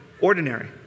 ordinary